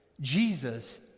Jesus